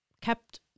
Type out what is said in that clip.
kept